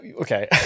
Okay